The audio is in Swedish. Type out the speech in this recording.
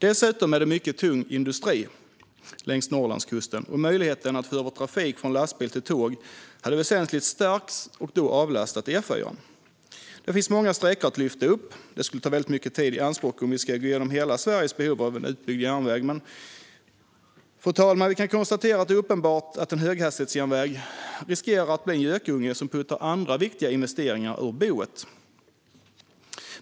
Dessutom är det mycket tung industri längs Norrlandskusten, och möjligheten att få över trafik från lastbil till tåg skulle stärkas väsentligt, vilket då skulle avlasta E4:an. Det finns många sträckor att lyfta fram, men det skulle ta väldigt mycket tid i anspråk att gå igenom hela Sveriges behov av en utbyggd järnväg. Vi kan dock konstatera, fru talman, att det är uppenbart att en höghastighetsjärnväg riskerar att bli en gökunge som puttar andra viktiga investeringar ur boet.